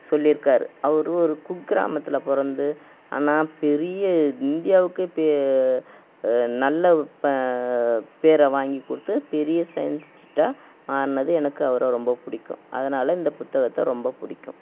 சொல்லிருக்கார் அவரு ஒரு குக் கிராமத்தில் பிறந்து ஆனால் பெரிய இந்தியாவுக்கே பே நல்ல இப்போ பேரை வாங்கி கொடுத்து பெரிய சையின்ஸ் ஆனது எனக்கு அவர ரொம்ப பிடிக்கும் அதனால் இந்த புத்தகத்தை ரொம்ப பிடிக்கும்